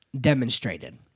demonstrated